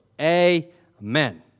Amen